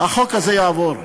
החוק הזה יעבור,